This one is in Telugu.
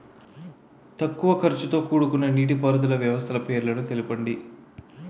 తక్కువ ఖర్చుతో కూడుకున్న నీటిపారుదల వ్యవస్థల పేర్లను తెలపండి?